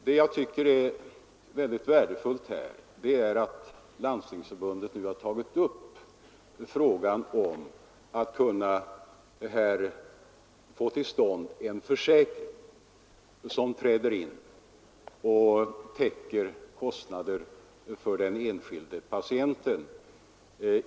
Det är värdefullt att Landstingsförbundet nu har tagit upp frågan om att få till stånd en försäkring som skall träda in och täcka kostnaderna för den enskilde patienten.